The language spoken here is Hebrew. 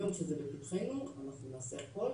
היום שזה בפתחנו אנחנו נעשה הכל,